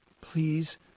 please